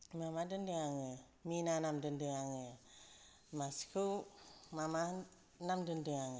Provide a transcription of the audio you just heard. माबा दोनदों आङो मिना नाम दोनदों आङो मासेखौ माबा नाम दोनदों आङो